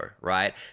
right